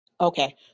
okay